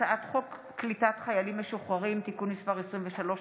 הצעת חוק קליטת חיילים משוחררים (תיקון מס' 23),